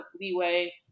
leeway